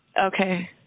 Okay